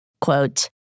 Quote